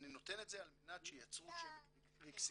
אני נותן את זה על מנת שייצרו שמן ריק סימפסון.